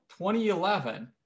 2011